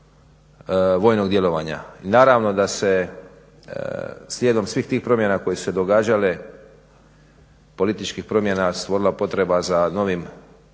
vojnog djelovanja. I naravno da se slijedom svih tih promjena koje su se događale političkih promjena, stvorila potreba za novim